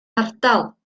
ardal